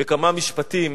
בכמה משפטים